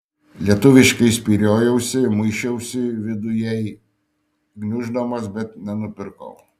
lietuviškai spyriojausi muisčiausi vidujai gniuždamas bet nenupirkau